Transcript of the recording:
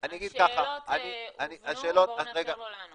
אוקיי, השאלות הובנו, תנו לו לענות.